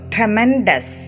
Tremendous